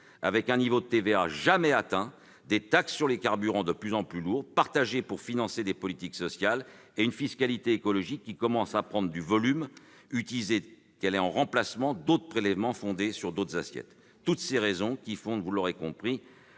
avec un niveau de TVA jamais atteint, des taxes sur les carburants de plus en plus lourdes, partagées pour financer des politiques sociales, et une fiscalité écologique qui commence à prendre du volume, utilisée qu'elle est en remplacement d'autres prélèvements fondés sur d'autres assiettes. Pour toutes ces raisons, vous l'aurez compris,